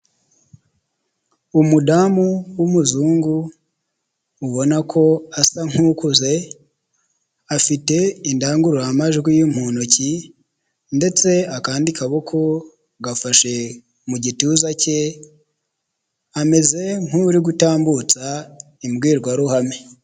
Umudamu w'umuzungu ubona ko asa nk'ukuze afite indangururamajwi mu ntoki ndetse akandi kaboko gafashe mu gituza cye, ameze nkuri gutambutsa imbwirwaruhame.